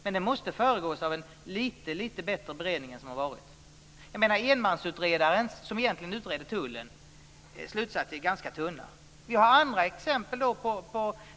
Men den måste föregås av en litet bättre beredning än den som har varit. Enmansutredarens, som utredde tullen, slutsatser är ganska tunna. Det finns andra exempel.